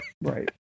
Right